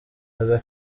aza